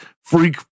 freak